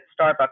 Starbucks